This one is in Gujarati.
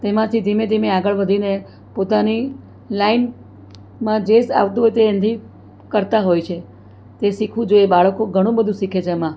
તેમાંથી ધીમે ધીમે આગળ વધીને પોતાની લાઈનમાં જે આવતું હોય તે એનાથી કરતા હોય છે તે શીખવું જોઈએ બાળકો ઘણું બધું શીખે છે એમાં